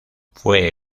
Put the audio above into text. fue